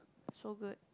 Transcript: so good